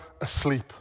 asleep